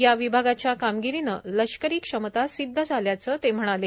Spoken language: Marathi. या विभागाच्या कामगिरीने लष्करी क्षमता सिद्ध झाल्याचे ते म्हणाले